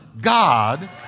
God